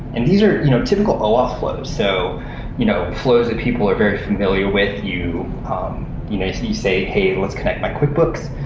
and these are you know typical oauth flows. so you know flows that people are very familiar with. you you know you say, hey, let's connect my quickbooks.